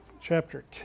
chapter